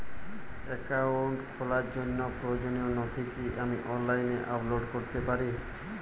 Account খোলার জন্য প্রয়োজনীয় নথি কি আমি অনলাইনে আপলোড করতে পারি?